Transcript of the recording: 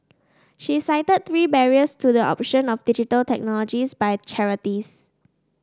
she cited three barriers to the option of Digital Technologies by charities